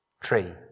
tree